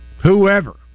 whoever